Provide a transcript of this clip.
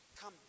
come